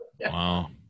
Wow